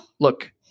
look